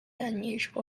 unusual